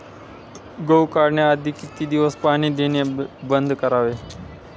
गहू काढण्याआधी किती दिवस पाणी देणे बंद करावे?